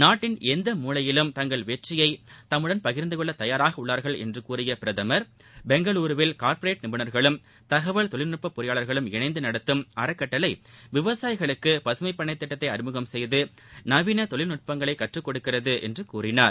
நாட்டின் எந்த மூவையிலும் தங்கள் வெற்றியை தம்முடன் பகிர்ந்தகொள்ள தயாராக உள்ளார்கள் என்று கூறிய பிரதமர் பெங்களுருவில் கார்ப்பரேட் நிபுணர்களும் தகவல் தொழில்நட்ப பொறியாளர்களும் இணைந்து நடத்தும் அறக்கட்டளை விவசாயிகளுக்கு பகமை பண்ணை திட்டத்தை அறிமுகம் செய்து நவீன தொழில்நுட்பங்களை கற்றுக்கொடுக்கிறது என்றும் கூறினார்